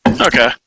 Okay